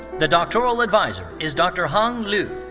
the doctoral adviser is dr. hang lu.